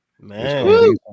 man